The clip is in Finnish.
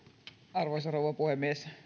arvoisa rouva puhemies